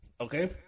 Okay